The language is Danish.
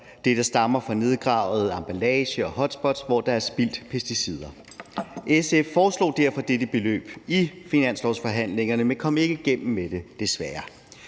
der stammer fra nedgravet emballage og hotspots, hvor der er spildt pesticider. SF foreslog derfor dette beløb i finanslovsforhandlingerne, men kom ikke igennem med det, desværre.